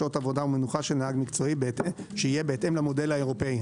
שעות עבודה ומנוחה של נהג מקצועי שיהיה בהתאם למודל האירופאי.